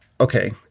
okay